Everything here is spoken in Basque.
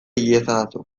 iezadazu